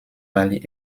valley